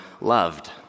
loved